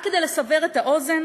רק כדי לסבר את האוזן,